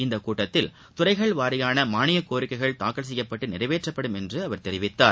இந்த கூட்டத்தில் துறைகள் வாரியான மாளியக் கோரிக்கைகள் தாக்கல் செய்யப்பட்டு நிறைவேற்றப்படும் என்று அவர் தெரிவித்தார்